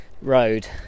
road